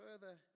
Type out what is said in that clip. further